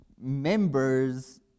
members